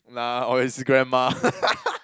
nah or his grandma